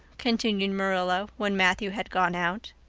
continued marilla when matthew had gone out.